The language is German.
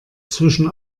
zwischen